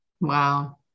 Wow